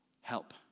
Help